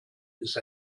ist